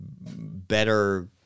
better